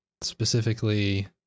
specifically